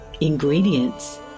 ingredients